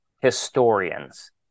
historians